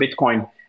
Bitcoin